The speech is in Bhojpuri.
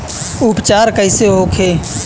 उपचार कईसे होखे?